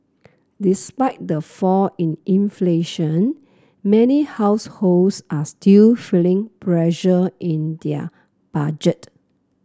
despite the fall in inflation many households are still feeling pressure in their budget